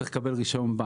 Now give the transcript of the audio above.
צריך לקבל רישיון בנק.